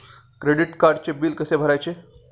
Credit कार्डचे बिल कसे भरायचे?